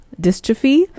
dystrophy